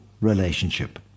relationship